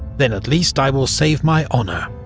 then at least i will save my honour.